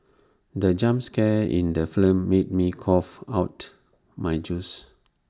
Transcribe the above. the jump scare in the film made me cough out my juice